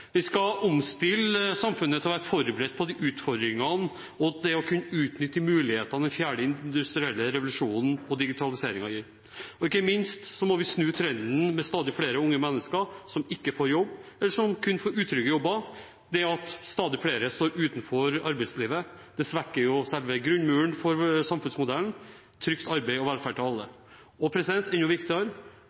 Vi skal omstille samfunnet til å være forberedt på de utfordringene og det å kunne utnytte de mulighetene den fjerde industrielle revolusjonen og digitaliseringen gir. Og ikke minst: Vi må snu trenden med stadig flere unge mennesker som ikke får jobb, eller som kun får utrygge jobber. At stadig flere står utenfor arbeidslivet, svekker selve grunnmuren i samfunnsmodellen: trygt arbeid og velferd til alle. Og enda viktigere: